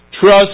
trust